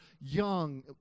young